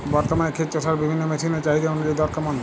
বর্তমানে ক্ষেত চষার বিভিন্ন মেশিন এর চাহিদা অনুযায়ী দর কেমন?